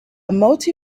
multi